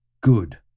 Good